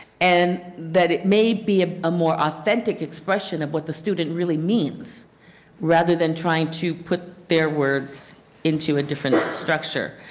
and that it may be ah a more authentic expression of what the students really means rather than trying to put their words into a different structure.